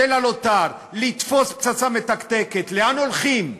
של הלוט"ר, לתפוס פצצה מתקתקת, לאן הולכים?